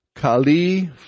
Kali